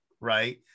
right